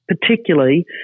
particularly